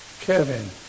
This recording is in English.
Kevin